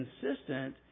consistent